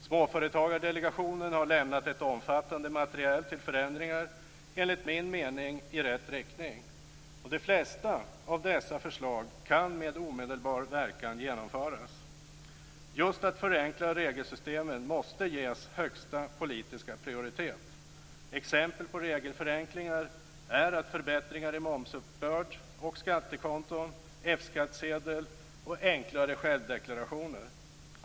Småföretagsdelegationen har lämnat ett omfattande material till förändringar - enligt min mening i rätt riktning - och de flesta av dessa förslag kan med omedelbar verkan genomföras. Just att förenkla regelsystemen måste ges högsta politiska prioritet. Exempel på regelförenklingar är förbättringar i momsuppbörd och skattekonton, F-skattsedel och enklare självdeklarationer.